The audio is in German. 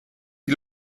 die